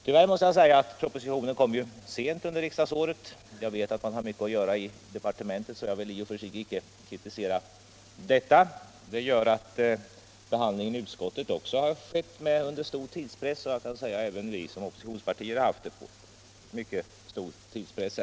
Tyvärr måste jag konstatera att propositionen kom väl sent under året. Jag vet visserligen att man har mycket att göra i departementet och vill i och för sig inte kritisera tjänstemännen där för förseningen, men det har gjort att också behandlingen i utskottet har skett under stor tidspress och att även oppositionspartierna har känt av denna tidspress.